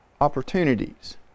opportunities